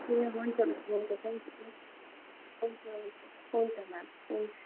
ए हुन्छ हुन्छ ma'am thank you हुन्छ म्याम हुन्छ